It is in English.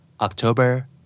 October